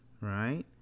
right